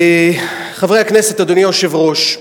חברי הכנסת, אדוני היושב-ראש,